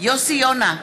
יוסי יונה,